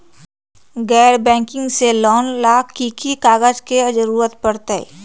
गैर बैंकिंग से लोन ला की की कागज के जरूरत पड़तै?